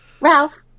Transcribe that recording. Ralph